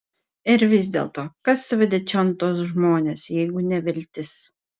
ir vis dėlto kas suvedė čion tuos žmones jeigu ne viltis